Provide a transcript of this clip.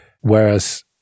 whereas